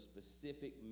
specific